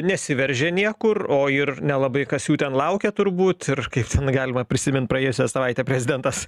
nesiveržia niekur o ir nelabai kas jų ten laukia turbūt ir kaip ten galima prisimint praėjusią savaitę prezidentas